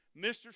Mr